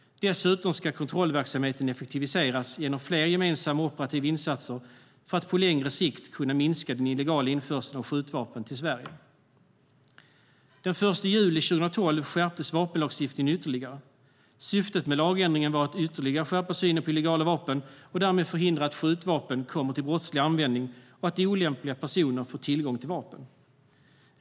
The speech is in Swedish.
Dessutom ska kontrollverksamheten effektiviseras genom fler gemensamma operativa insatser för att på längre sikt kunna minska den illegala införseln av skjutvapen till Sverige. Den 1 juli 2012 skärptes vapenlagstiftningen ytterligare. Syftet med lagändringen var att ytterligare skärpa synen på illegala vapen och därmed förhindra att skjutvapen kommer till brottslig användning och att olämpliga personer får tillgång till vapen.